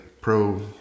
pro